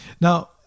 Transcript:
Now